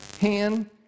hand